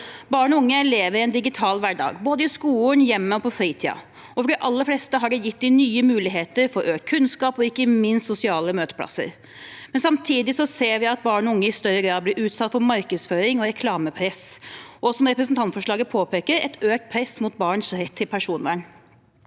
Barn og unge lever i en digital hverdag, både i skolen, i hjemmet og på fritiden. For de aller fleste har det gitt dem nye muligheter for økt kunnskap og ikke minst sosiale møteplasser, men samtidig ser vi at barn og unge i større grad blir utsatt for markedsføring og reklamepress og, som representantforslaget påpeker, et økt press mot barns rett til personvern.